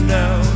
now